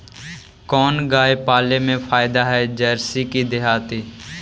कोन गाय पाले मे फायदा है जरसी कि देहाती?